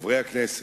חברי הכנסת,